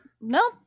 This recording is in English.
No